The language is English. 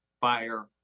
fire